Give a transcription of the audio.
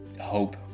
hope